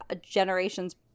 generations